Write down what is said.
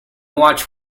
watch